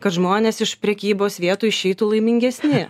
kad žmonės iš prekybos vietų išeitų laimingesni